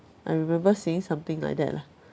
I remember seeing something like that lah